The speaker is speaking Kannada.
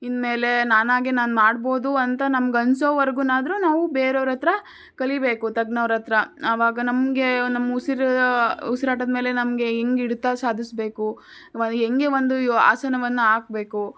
ಇನ್ಮೇಲೆ ನಾನಾಗಿ ನಾನು ಮಾಡ್ಬೋದು ಅಂತ ನಮ್ಗೆ ಅನ್ಸೋವರೆಗೆನಾದ್ರೂ ನಾವು ಬೇರೆಯವರತ್ರ ಕಲಿಬೇಕು ತಜ್ಞರತ್ತಿರ ಆವಾಗ ನಮಗೆ ನಮ್ಮ ಉಸಿರು ಉಸಿರಾಟದ ಮೇಲೆ ನಮಗೆ ಹೆಂಗ್ ಹಿಡಿತ ಸಾಧಿಸಬೇಕು ಹೆಂಗೆ ಒಂದು ಆಸನವನ್ನು ಹಾಕ್ಬೇಕು